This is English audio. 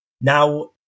Now